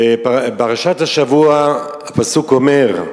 בפרשת השבוע הפסוק אומר: